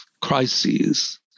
crises